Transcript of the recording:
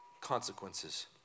consequences